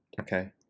Okay